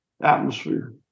atmosphere